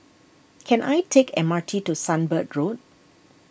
can I take M R T to Sunbird Road